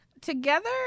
together